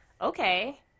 Okay